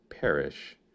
perish